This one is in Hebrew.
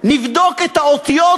נבדוק את האותיות